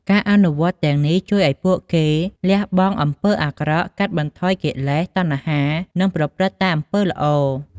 ការអនុវត្តទាំងនេះជួយឱ្យពួកគេលះបង់អំពើអាក្រក់ កាត់បន្ថយកិលេស តណ្ហា និងប្រព្រឹត្តតែអំពើល្អ។